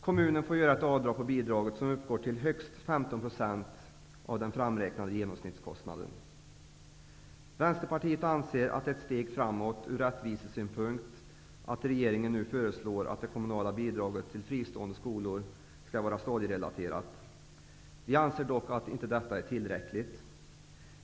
Kommunen får göra ett avdrag på bidraget som uppgår till högst 15 % av den framräknade genomsnittskostnaden. Vänsterpartiet anser att det är ett steg framåt från rättvisesynpunkt att regeringen nu föreslår att det kommunala bidraget till fristående skolor skall vara stadierelaterat. Vi anser dock att detta inte är tillräckligt.